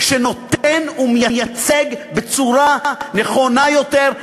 שמייצג בצורה נכונה יותר,